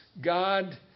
God